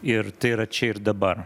ir tai yra čia ir dabar